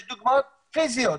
יש דוגמאות פיזיות.